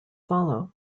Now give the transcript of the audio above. follow